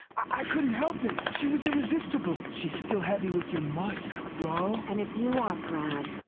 i couldn't help it, she was irresistible. she's still heavy with your musk, bro. and if you want brad,